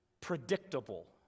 predictable